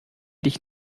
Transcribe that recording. dich